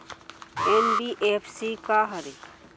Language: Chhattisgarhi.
एन.बी.एफ.सी का हरे?